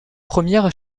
première